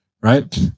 Right